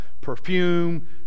perfume